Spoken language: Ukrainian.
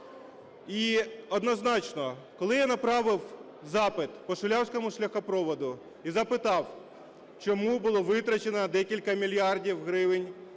І однозначно, коли я направив запит по Шулявському шляхопроводу і запитав, чому було витрачено декілька мільярдів гривень